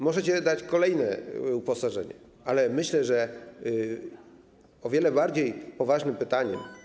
Możecie dać kolejne uposażenie, ale myślę, że o wiele bardziej poważnym pytaniem.